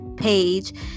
page